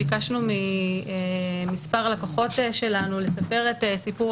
ביקשנו ממספר לקוחות שלנו לספר את סיפור